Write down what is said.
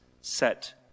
set